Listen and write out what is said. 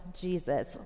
Jesus